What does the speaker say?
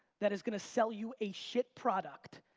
that is going to sell you a shit product,